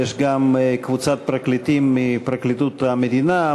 יש גם קבוצת פרקליטים מפרקליטות המדינה,